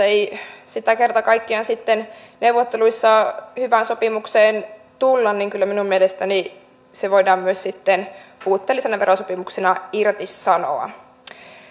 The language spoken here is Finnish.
ei sitten kerta kaikkiaan neuvotteluissa hyvään sopimukseen tulla niin kyllä minun mielestäni se voidaan puutteellisena verosopimuksena myös irtisanoa